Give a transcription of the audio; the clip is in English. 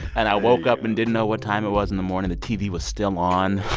and i woke up and didn't know what time it was in the morning. the tv was still on.